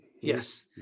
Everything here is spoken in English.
Yes